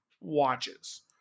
watches